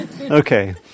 Okay